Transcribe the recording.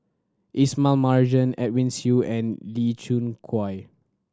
Ismail Marjan Edwin Siew and Lee Khoon Choy